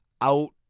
out